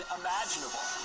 imaginable